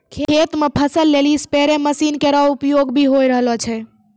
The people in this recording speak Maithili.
खेत म फसल लेलि स्पेरे मसीन केरो उपयोग भी होय रहलो छै